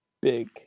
big